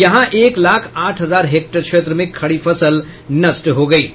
यहां एक लाख आठ हजार हेक्टेयर क्षेत्र में खड़ी फसल नष्ट हुई है